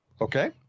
Okay